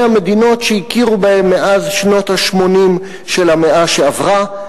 מדינות שהכירו בהם מאז שנות ה-80 של המאה שעברה.